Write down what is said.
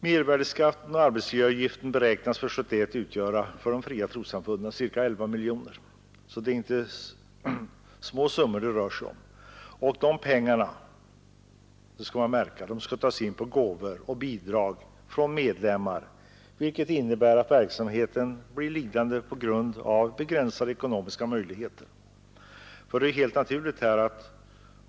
Mervärdeskatten och arbetsgivaravgiften beräknas för 1971 utgöra för de fria trossamfunden ca 11 miljoner kronor, så det är inte små summor det hela rör sig om. Och man bör lägga märke till att de pengarna skall tas ur gåvor och bidrag från medlemmarna, vilket innebär att verksamheten blir lidande på grund av begränsade ekonomiska möjligheter.